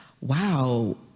wow